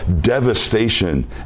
devastation